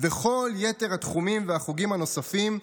וכל יתר התחומים והחוגים הנוספים,